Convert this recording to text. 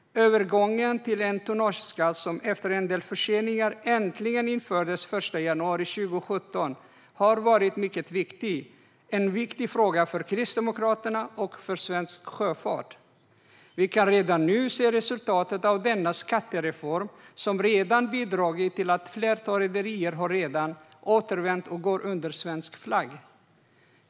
Övergången till en tonnageskatt som, efter en del förseningar, äntligen infördes den 1 januari 2017 har varit mycket viktig. Det är en viktig fråga för Kristdemokraterna och för svensk sjöfart. Vi kan nu se resultatet av denna skattereform, som redan bidragit till att ett flertal rederier har återvänt och går under svensk flagg.